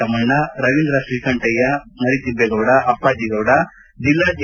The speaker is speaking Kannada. ತಮ್ಮಣ್ಣ ರವೀಂದ್ರ ಶ್ರೀಕಂಠಯ್ಯ ಮರಿತಿಭ್ವೇಗೌಡ ಅಪ್ಪಾಜಿಗೌಡ ಜಿಲ್ಲಾ ಜಾ